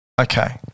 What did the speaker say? Okay